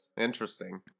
Interesting